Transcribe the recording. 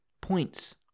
points